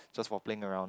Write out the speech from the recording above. just for playing around